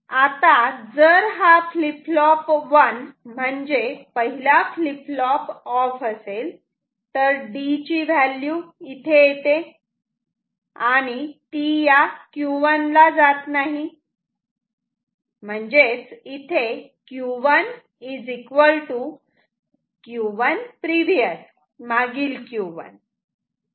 आता जर हा FF1 म्हणजे पहिला फ्लीप फ्लॉप ऑफ असेल तर D ची व्हॅल्यू इथे येते ती या Q1 ला जात नाही